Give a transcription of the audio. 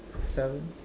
seven